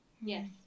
Yes